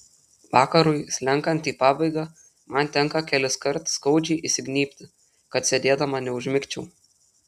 vakarui slenkant į pabaigą man tenka keliskart skaudžiai įsignybti kad sėdėdama neužmigčiau